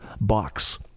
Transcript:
box